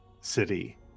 city